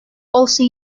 also